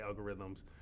algorithms